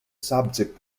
subject